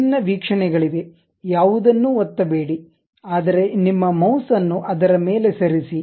ವಿಭಿನ್ನ ವೀಕ್ಷಣೆಗಳಿವೆ ಯಾವುದನ್ನೂ ಒತ್ತಬೇಡಿ ಆದರೆ ನಿಮ್ಮ ಮೌಸ್ ಅನ್ನು ಅದರ ಮೇಲೆ ಸರಿಸಿ